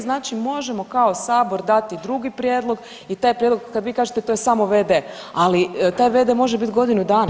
Znači možemo kao Sabor dati drugi prijedlog i taj prijedlog kada vi kažete to je samo v.d. Ali taj v.d. može biti godinu dana tamo.